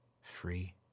free